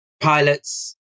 Pilots